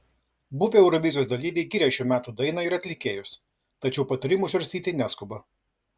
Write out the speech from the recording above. buvę eurovizijos dalyviai giria šių metų dainą ir atlikėjus tačiau patarimų žarstyti neskuba